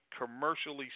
commercially